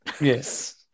Yes